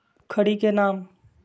खड़ी के नाम?